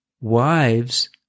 wives